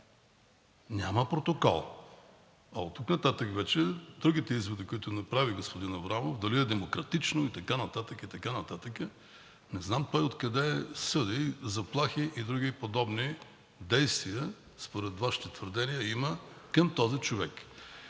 Няма протокол. А оттук нататък вече другите изводи, които направи господин Аврамов – дали е демократично и така нататък, и така нататък – не знам той откъде съди за заплахи и други подобни действия, според Вашите твърдения, има към този човек.